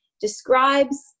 describes